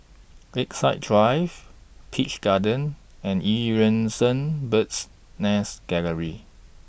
Lakeside Drive Peach Garden and EU Yan Sang Bird's Nest Gallery